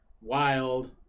wild